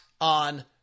On